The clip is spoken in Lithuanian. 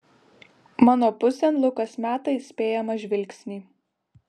mano pusėn lukas meta įspėjamą žvilgsnį